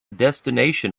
destination